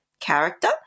character